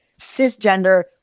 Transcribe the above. cisgender